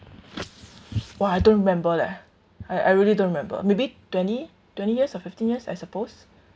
!wah! I don't remember leh I I really don't remember maybe twenty twenty years or fifteen years I suppose